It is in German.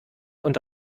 und